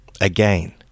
again